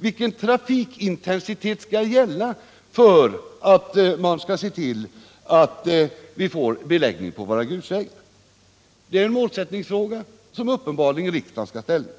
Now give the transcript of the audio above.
Vilken trafikintensitet skall gälla för att man skall se till att det blir beläggning på våra grusvägar? Det är en målsättningsfråga som uppenbarligen riksdagen skall ta ställning